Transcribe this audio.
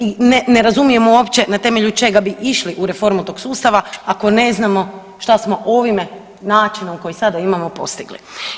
I ne razumijemo uopće na temelju čega bi išli u reformu tog sustava ako ne znamo šta smo ovime načinom koji sada imamo postigli.